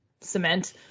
cement